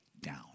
down